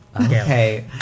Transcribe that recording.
Okay